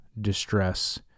distress